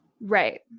Right